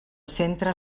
centre